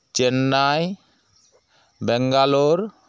Chennai Bangalore